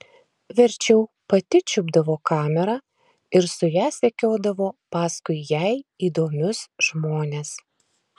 verčiau pati čiupdavo kamerą ir su ja sekiodavo paskui jai įdomius žmones